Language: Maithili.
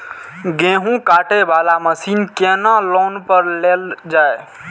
गेहूँ काटे वाला मशीन केना लोन पर लेल जाय?